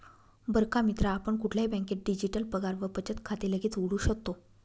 बर का मित्रा आपण कुठल्याही बँकेत डिजिटल पगार व बचत खाते लगेच उघडू शकतो